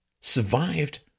survived